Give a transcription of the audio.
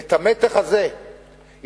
ינצלו את המתח הזה לפולריזציה,